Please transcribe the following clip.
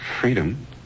Freedom